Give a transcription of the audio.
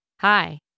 Hi